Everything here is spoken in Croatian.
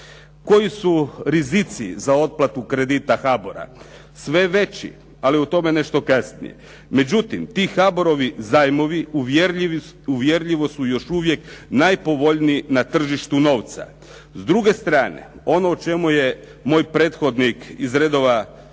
Koji su rizici za otplatu kredita HBOR-a? Sve veći, ali o tome nešto kasnije. Međutim, ti HBOR-ovi zajmovi uvjerljivo su još uvijek najpovoljniji na tržištu novca. S druge strane, ono o čemu je moj prethodnik iz redova HDZ-a